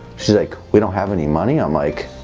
she's like we don't have any money? i'm like